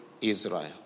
Israel